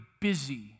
busy